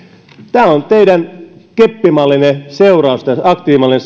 tämä on teidän keppimallinne seurausta aktiivimallin